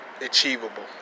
achievable